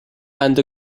and